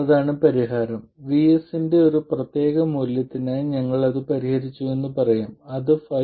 അതാണ് പരിഹാരം VS ന്റെ ഒരു പ്രത്യേക മൂല്യത്തിനായി ഞങ്ങൾ അത് പരിഹരിച്ചുവെന്ന് പറയാം അത് 5